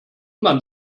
man